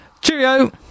Cheerio